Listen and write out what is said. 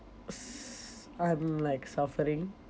s~ I'm like suffering